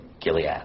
Gilead